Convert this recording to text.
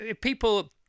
people